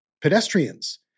pedestrians